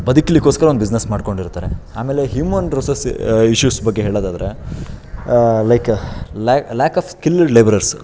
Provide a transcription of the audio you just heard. ಬದುಕಲಿಕ್ಕೋಸ್ಕರ ಒಂದು ಬಿಸ್ನೆಸ್ ಮಾಡಿಕೊಂಡಿರ್ತಾರೆ ಆಮೇಲೆ ಹ್ಯೂಮನ್ ರುಸೆಸ್ ಇಶ್ಯೂಸ್ ಬಗ್ಗೆ ಹೇಳೋದಾದರೆ ಲೈಕ ಲ್ಯಾ ಲ್ಯಾಕ್ ಆಫ್ ಸ್ಕಿಲ್ಡ್ ಲೇಬರರ್ಸ್